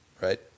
right